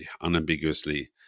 unambiguously